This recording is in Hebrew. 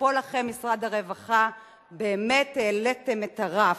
שאפו לכם, משרד הרווחה, באמת העליתם את הרף.